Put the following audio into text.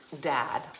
dad